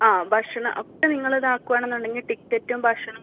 ആ ഭക്ഷണം ഒക്കെ നിങ്ങളിതാക്കുവാന്നൊണ്ടെങ്കിൽ ടിക്കറ്റും ഭക്ഷണം